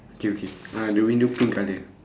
okay okay uh the window pink colour